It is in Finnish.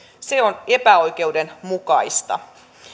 se on epäoikeudenmukaista